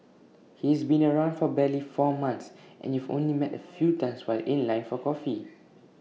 he's been around for barely four months and you've only met A few times while in line for coffee